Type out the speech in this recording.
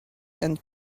and